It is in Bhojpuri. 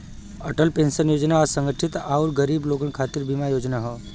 अटल पेंशन योजना असंगठित आउर गरीब लोगन खातिर बीमा योजना हौ